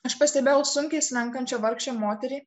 aš pastebėjau sunkiai slenkančią vargšę moterį